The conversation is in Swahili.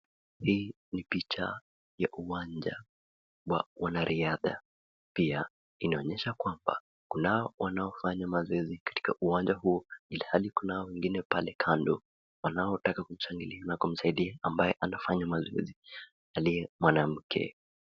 Hii ni picha ya uwanja wa wanariadha. Pia inaonyesha kwamba kunao wanaofanya mazoezi katika uwanja huo, ilhali kunao wengine pale kando wanaotaka kushangilia na kumsaidia ambaye anafanya mazoezi, aliye mwanamke.